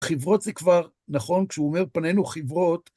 חיוורות זה כבר נכון, כשהוא אומר: פנינו חיוורות.